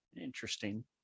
Interesting